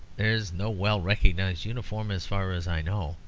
there is no well-recognised uniform, as far as i know,